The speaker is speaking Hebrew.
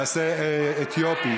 ראינו אתמול מה זה פרובוקציה.